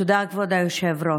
תודה, כבוד היושב-ראש.